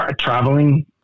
Traveling